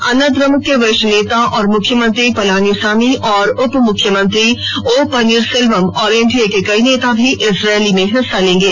अन्नाद्रमुक के वरिष्ठ नेता और मुख्यमंत्री पलानीसामी और उपमुख्यरमंत्री ओ पनीरसेलवम और एनडीए के कई अन्य नेता भी इस रैली में हिस्सा लेंगे